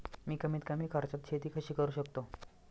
मी कमीत कमी खर्चात शेती कशी करू शकतो?